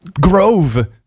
Grove